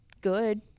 good